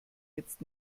jetzt